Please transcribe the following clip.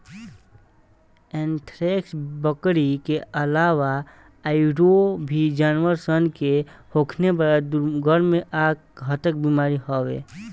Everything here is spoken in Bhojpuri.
एंथ्रेक्स, बकरी के आलावा आयूरो भी जानवर सन के होखेवाला दुर्गम आ घातक बीमारी हवे